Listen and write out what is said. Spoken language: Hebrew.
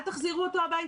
אל תחזירו אותו הביתה.